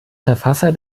verfasser